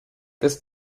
this